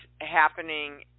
happening